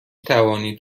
توانید